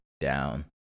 down